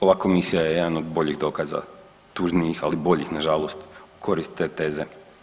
Ova komisija je jedan od boljih dokaza, tužnijih, ali boljih nažalost u korist te teze.